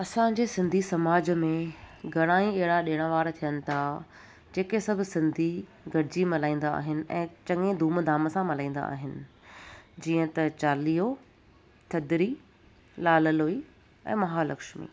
असांजे सिंधी समाज में घणा ई अहिड़ा ॾिण वार थियनि था जेके सभु सिंधी गॾिजी मल्हाईंदा आहिनि ऐं चङे धूम धाम सां मल्हाईंदा आहिनि जीअं त चालीहों थधिड़ी लाल लोई ऐं महालक्ष्मी